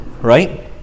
right